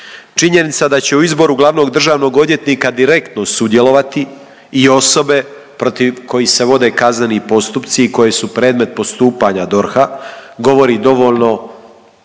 Činjenica da će u izboru glavnog državnog odvjetnika direktno sudjelovati i osobe protiv kojih se vode kazneni postupci i koje su predmet postupanja DORH-a govori dovoljno